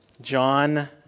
John